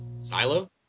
Silo